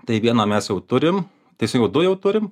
tai vieną mes jau turim teisingai du jau turim